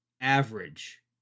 Average